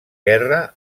guerra